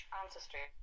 ancestry